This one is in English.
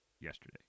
yesterday